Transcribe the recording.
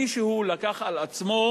מישהו לקח על עצמו,